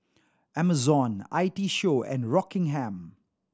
Amazon I T Show and Rockingham